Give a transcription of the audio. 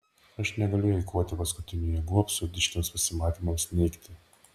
aš negaliu eikvoti paskutinių jėgų absurdiškiems prasimanymams neigti